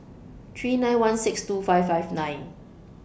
three nine one six two five five nine